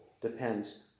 depends